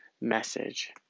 message